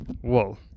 whoa